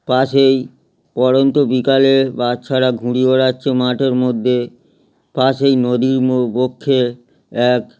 পাশেই পড়ন্ত বিকালে বাচ্ছারা ঘুড়ি ওড়াচ্ছে মাঠের মধ্যে পাশেই নদী বো বক্ষে এক